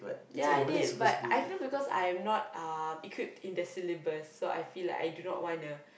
yeah I did but I feel because I'm not uh equipped in the syllabus so I feel like I do not wanna